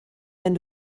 wenn